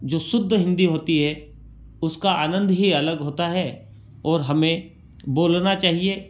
जो शुद्ध हिंदी होती है उसका आनंद ही अलग होता है और हमें बोलना चाहिए